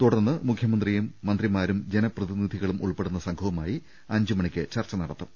തുടർന്ന് മുഖ്യമന്ത്രിയും മന്ത്രിമാരും ജനപ്രതിനിധികളും ഉൾപ്പെ ടുന്ന സംഘവുമായി അഞ്ചുമണിക്ക് ചർച്ച നടത്തും